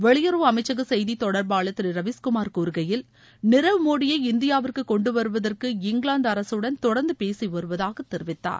வெளியுறவு அமைச்சக செய்தித் தொடர்பாளர் திரு ரவீஷ் குமார் கூறுகையில் நீரவ் மோடியை இந்தியாவிற்கு கொண்டுவருவதற்கு இங்கிலாந்து அரசுடன் தொடர்ந்து பேசி வருவதாக தெரிவித்தார்